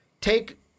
take